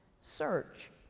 search